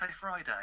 Friday